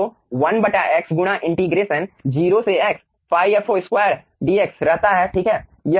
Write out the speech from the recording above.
तो 1 x गुणा integration 0 से x ϕ fo2 dx रहता है ठीक है